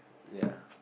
ya